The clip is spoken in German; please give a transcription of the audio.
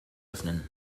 öffnen